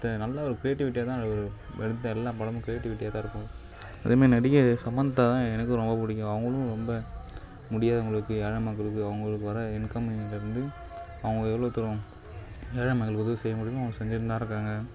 படத்தை நல்லா ஒரு கிரியேட்டிவிட்டியாக தான் இவர் எடுத்த எல்லா படமும் கிரியேட்டிவிட்டியாக தான் இருக்கும் அதேமாரி நடிகை சமந்தா தான் எனக்கும் ரொம்ப பிடிக்கும் அவுங்களும் ரொம்ப முடியாதவங்களுக்கு ஏழை மக்களுக்கு அவுங்களுக்கு வர்ற இன்கமில் இருந்து அவங்க எவ்வளோ தூரம் ஏழை மக்களுக்கு உதவி செய்ய முடியுமோ அவங்க செஞ்சுகின்னு தான் இருக்காங்க